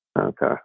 Okay